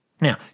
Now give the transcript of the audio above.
Now